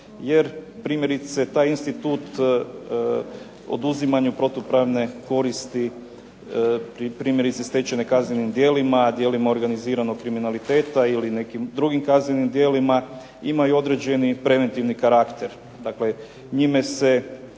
jer primjerice taj institut oduzimanja protupravne koristi primjerice stečene kaznenim djelima, djelima organiziranog kriminaliteta ili nekim drugim kaznenim djelima imaju određeni preventivni karakter. Dakle, njime se